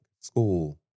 school